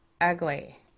ugly